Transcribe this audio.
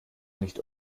nicht